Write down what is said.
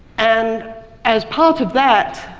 and as part of that,